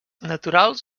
naturals